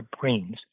brains